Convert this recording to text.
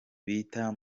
bita